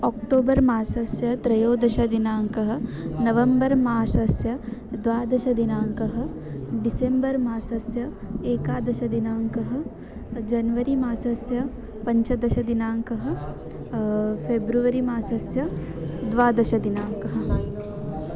अक्टोबर्मासस्य त्रयोदशदिनाङ्कः नवम्बर्मसस्य द्वादशदिनाङ्कः डिसेम्बर्मासस्य एकादशदिनाङ्कः जन्वरिमासस्य पञ्चदशदिनाङ्कः फ़ेब्रवरिमासस्य द्वादशदिनाङ्कः